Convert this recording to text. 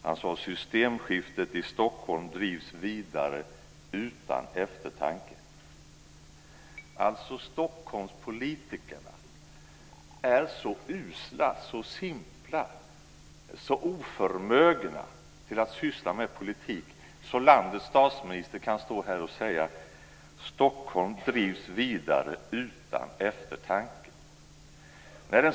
Han sade: Systemskiftet i Stockholm drivs vidare utan eftertanke. Stockholmspolitikerna är alltså så usla, simpla och oförmögna att syssla med politik att landets statsminister kan stå här i kammaren och säga: Stockholm drivs vidare utan eftertanke.